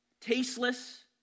Tasteless